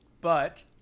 but-